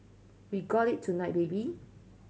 we got it tonight baby